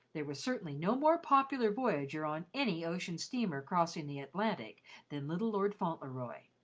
there was certainly no more popular voyager on any ocean steamer crossing the atlantic than little lord fauntleroy.